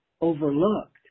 overlooked